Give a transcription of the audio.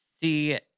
see